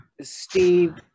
Steve